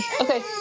Okay